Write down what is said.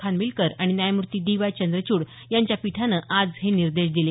खानविलकर आणि न्यायमूर्ती D Y Chandrachud यांच्या पीठानं आज हे निर्देश दिले